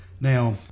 Now